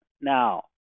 Now